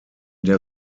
der